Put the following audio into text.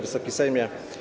Wysoki Sejmie!